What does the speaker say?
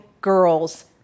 girls